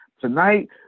Tonight